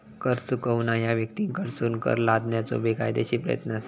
कर चुकवणा ह्या व्यक्तींकडसून कर लादण्याचो बेकायदेशीर प्रयत्न असा